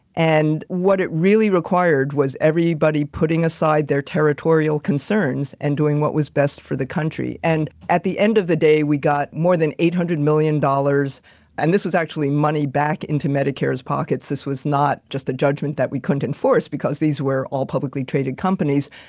and what it really required was everybody putting aside their territorial concerns and doing what was best for the country. and at the end of the day, we got more than eight hundred million dollars dollars and this was actually money back into medicare's pockets. this was not just a judgment that we couldn't enforce because these were all publicly traded companies.